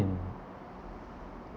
in